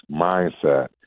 mindset